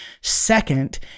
Second